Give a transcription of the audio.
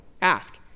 ask